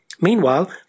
meanwhile